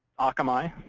akamai